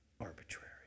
arbitrary